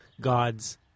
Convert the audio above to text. God's